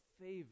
favor